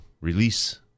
release